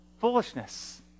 foolishness